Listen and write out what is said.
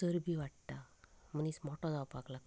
चरबी वाडटा मनीस मोठो जावपाक लागता